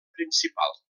principal